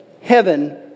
Heaven